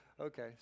okay